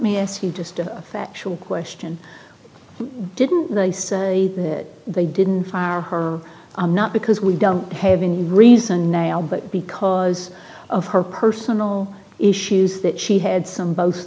me ask you just a factual question didn't they say that they didn't fire her i'm not because we don't have been reason nail but because of her personal issues that she had some both